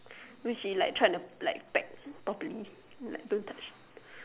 when she like try to like pack properly like don't touch